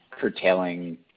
curtailing